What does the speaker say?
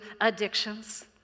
addictions